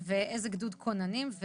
איזה גדוד כונים,